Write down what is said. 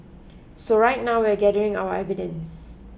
so right now we're gathering our evidence